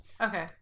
Okay